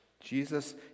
Jesus